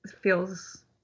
feels